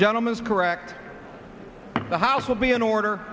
gentlemen is correct the house will be in order